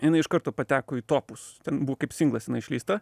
jinai iš karto pateko į topus ten buvo kaip singlas jinai išleista